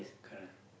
correct